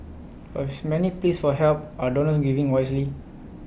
but with many pleas for help are donors giving wisely